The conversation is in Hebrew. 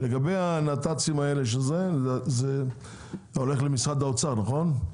לגבי הנת"צים האלה, זה הולך למשרד האוצר, נכון?